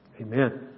Amen